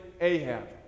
Ahab